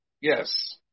yes